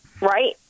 Right